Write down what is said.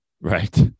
Right